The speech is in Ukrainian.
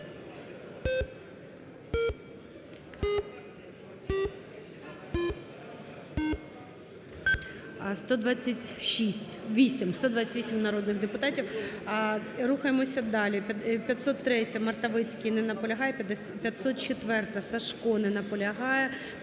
128 народних депутатів. Рухаємося далі. 503-я, Мартовицький не наполягає. 504-а, Сажко не наполягає.